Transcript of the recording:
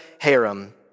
harem